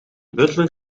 butler